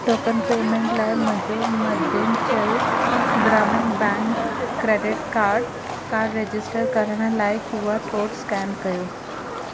token payment लाइ मुंहिंजो Madhyanchal Gramin bank credit card card register करण लाइ क्यू आर कोड स्केन कयो